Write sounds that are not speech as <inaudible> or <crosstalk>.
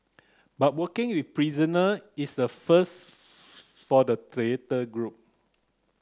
but working with prisoner is a first <unintelligible> for the theatre group